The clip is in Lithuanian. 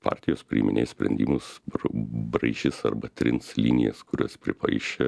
partijos priiminės sprendimus braižys arba trins linijas kurias pripaišė